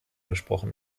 gesprochen